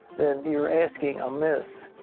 you're asking a myth.